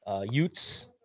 Utes